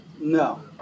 No